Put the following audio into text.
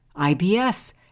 IBS